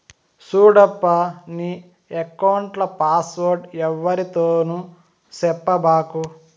సూడప్పా, నీ ఎక్కౌంట్ల పాస్వర్డ్ ఎవ్వరితోనూ సెప్పబాకు